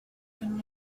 than